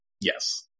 Yes